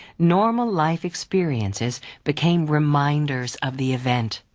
normal life experiences became reminders of the event,